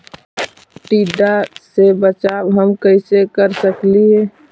टीडा से बचाव हम कैसे कर सकली हे?